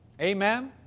Amen